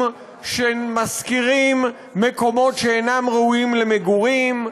שמשכירים מקומות שאינם ראויים למגורים,